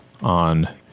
on